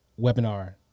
webinar